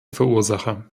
verursacher